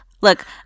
look